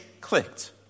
clicked